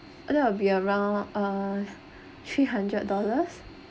that will be around uh three hundred dollars